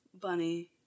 bunny